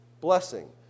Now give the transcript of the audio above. Blessing